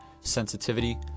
sensitivity